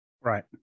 Right